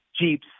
Jeeps